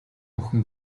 охин